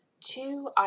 Two